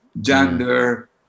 gender